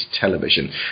television